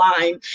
line